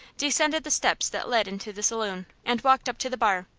descended the steps that led into the saloon, and walked up to the bar.